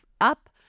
up